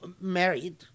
married